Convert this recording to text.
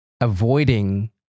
avoiding